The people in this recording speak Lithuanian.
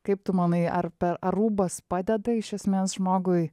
kaip tu manai ar per ar rūbas padeda iš esmės žmogui